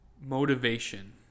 Motivation